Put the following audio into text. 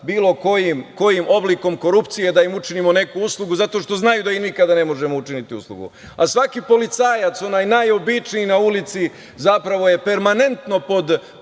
bilo kojim oblikom korupcije, da im učinimo neku uslugu, zato što znaju da im nikada ne možemo učiniti uslugu. A svaki policajac, onaj najobičniji na ulici, zapravo je permanentno pod